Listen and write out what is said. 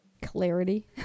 clarity